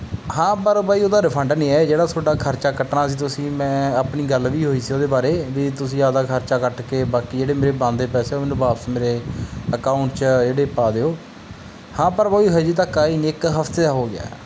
ਹਾਂ ਪਰ ਬਾਈ ਉਹਦਾ ਰਿਫੰਡ ਨਹੀਂ ਹੈ ਜਿਹੜਾ ਤੁਹਾਡਾ ਖ਼ਰਚਾ ਕੱਟਣਾ ਸੀ ਤੁਸੀਂ ਮੈਂ ਆਪਣੀ ਗੱਲ ਵੀ ਹੋਈ ਸੀ ਉਹਦੇ ਬਾਰੇ ਵੀ ਤੁਸੀਂ ਆਪਣਾ ਖ਼ਰਚਾ ਕੱਟ ਕੇ ਬਾਕੀ ਜਿਹੜੇ ਮੇਰੇ ਬਣਦੇ ਪੈਸੇ ਉਹ ਮੈਨੂੰ ਵਾਪਿਸ ਮੇਰੇ ਅਕਾਊਂਟ 'ਚ ਜਿਹੜੇ ਪਾ ਦਿਓ ਹਾਂ ਪਰ ਬਾਈ ਹਜੇ ਤੱਕ ਆਏ ਨਹੀਂ ਇੱਕ ਹਫ਼ਤੇ ਹੋ ਗਿਆ